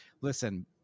listen